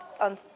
on